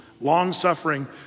long-suffering